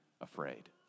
afraid